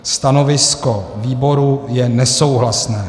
Stanovisko výboru je nesouhlasné.